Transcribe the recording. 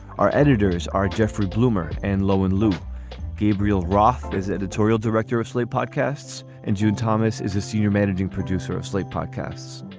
our editors are jeffrey blumer and lo and luke gabriel roth is editorial director of slate podcasts and june thomas is a senior managing producer of slate podcasts.